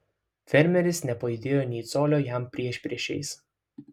fermeris nepajudėjo nė colio jam priešpriešiais